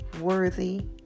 worthy